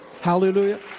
Hallelujah